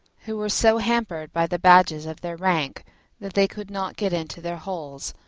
who were so hampered by the badges of their rank that they could not get into their holes,